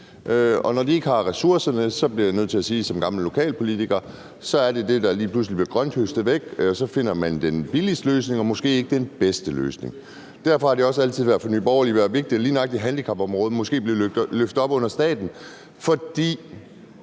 Og når de ikke har ressourcerne, bliver jeg som gammel lokalpolitiker nødt til at sige, at så er det det, der lige pludselig bliver grønthøstet væk, og så finder man den billigste løsning og måske ikke den bedste løsning. Derfor har det også altid for Nye Borgerlige været vigtigt, at lige nøjagtig handicapområdet måske blev løftet af staten, for